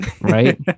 right